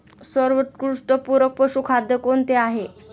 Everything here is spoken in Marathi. सर्वोत्कृष्ट पूरक पशुखाद्य कोणते आहे?